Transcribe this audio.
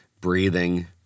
breathing